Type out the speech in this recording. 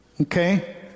Okay